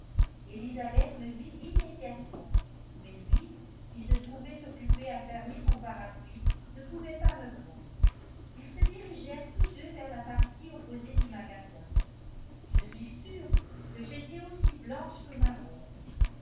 elisabeth me vit immédiatement mais lui qui se trouvait occupé à fermer son parapluie ne pouvait pas me voir ils se dirigèrent tous deux vers la partie opposée du magasin je suis sûre que j'étais aussi blanche que ma robe